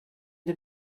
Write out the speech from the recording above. den